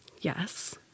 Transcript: Yes